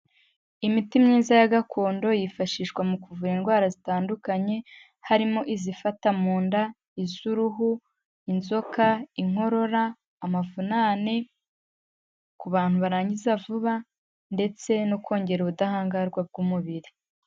Imiti myiza ya gakondo yifashishwa mu kuvura indwara zitandukanye, harimo izifata mu nda, iz'uruhu, inzoka, inkorora, amafunane, ku bantu barangiza vuba ndetse no kongera ubudahangarwa bw'umubiri.